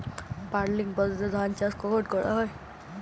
Puddling পদ্ধতিতে ধান চাষ কখন করা হয়?